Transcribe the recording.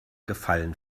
gefallen